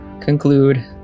conclude